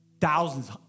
thousands